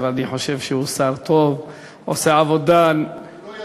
אבל אני חושב שהוא שר טוב ועושה עבודה נאמנה.